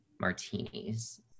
martinis